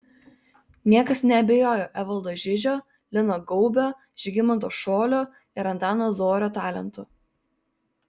niekas neabejojo evaldo žižio lino gaubio žygimanto šolio ir antano zorio talentu